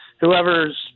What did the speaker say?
whoever's